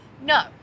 no